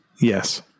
Yes